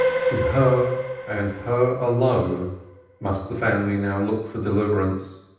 to her and her alone must the family now look for deliverance.